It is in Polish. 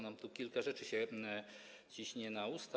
Nam tu kilka rzeczy się ciśnie na usta.